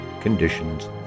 conditions